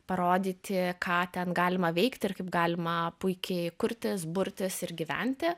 parodyti ką ten galima veikti ir kaip galima puikiai kurtis burtis ir gyventi